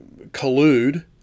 collude